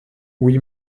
oui